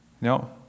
No